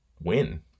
win